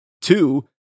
two